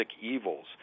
evils